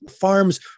farms